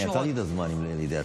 אני עצרתי את הזמן, לידיעתך.